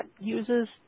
uses